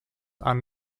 are